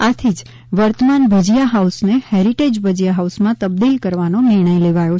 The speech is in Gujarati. આથી જ વર્તમાન ભજિયા હાઉસને હેરિટેજ ભજિયા હાઉસમાં તબદીલ કરવાનો નિર્ણય લેવાયો છે